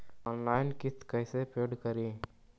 Online किस्त कैसे paid करि?